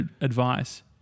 advice